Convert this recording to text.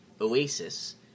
oasis